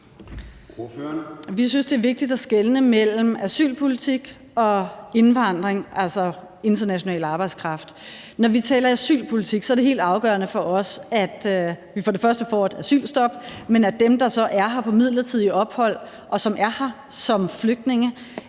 Vi synes, det er vigtigt at skelne mellem asylpolitik og indvandring, altså international arbejdskraft. Når vi taler asylpolitik, er det helt afgørende for os, at vi får et asylstop, men at dem, der så er på midlertidigt ophold, og som er her som flygtninge,